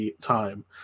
time